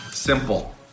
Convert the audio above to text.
Simple